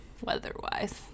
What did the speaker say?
weather-wise